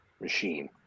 machine